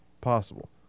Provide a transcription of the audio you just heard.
possible